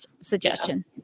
suggestion